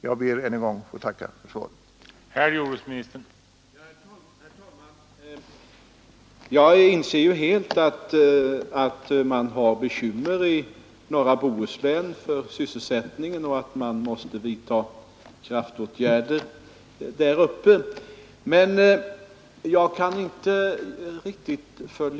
Jag ber att än en gång få tacka för svaret.